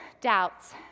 doubts